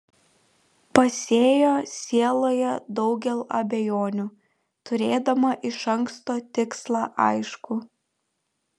pasėjo sieloje daugel abejonių turėdama iš anksto tikslą aiškų